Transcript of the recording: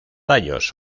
tallos